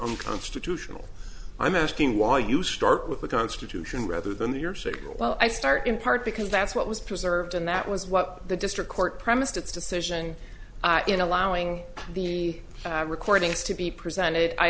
unconstitutional i'm asking why you start with the constitution rather than the your signature well i start in part because that's what was preserved and that was what the district court premised its decision in allowing the recordings to be presented i